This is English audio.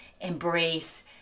embrace